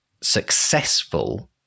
successful